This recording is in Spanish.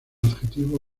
adjetivo